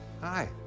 hi